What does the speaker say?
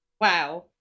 Wow